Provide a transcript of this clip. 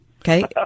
Okay